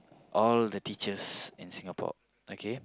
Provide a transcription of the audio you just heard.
all the teachers in Singapore okay